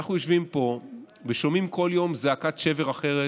שאנחנו יושבים פה ושומעים כל יום זעקת שבר אחרת.